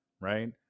right